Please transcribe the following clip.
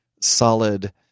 solid